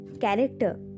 character